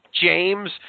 James